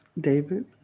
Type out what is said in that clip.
David